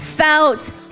Felt